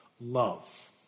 love